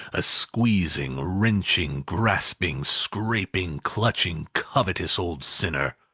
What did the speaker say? a squeezing, wrenching, grasping, scraping, clutching covetous, old sinner!